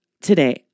today